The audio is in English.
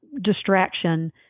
distraction